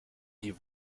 die